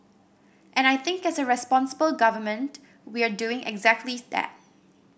and I think as a responsible government we're doing exactly that